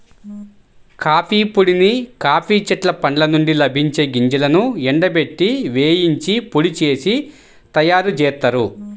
coffee పొడిని coffee చెట్ల పండ్ల నుండి లభించే గింజలను ఎండబెట్టి, వేయించి పొడి చేసి తయ్యారుజేత్తారు